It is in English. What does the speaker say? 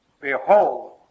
Behold